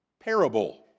parable